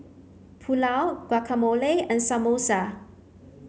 Pulao Guacamole and Samosa